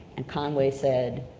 and conway said,